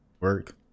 work